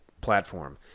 platform